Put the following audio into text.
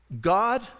God